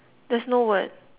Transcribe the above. there's no word